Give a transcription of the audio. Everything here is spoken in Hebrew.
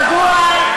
רגוע.